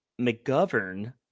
McGovern